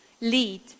lead